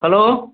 hello